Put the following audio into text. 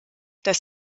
dass